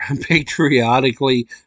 patriotically